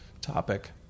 topic